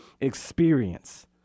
experience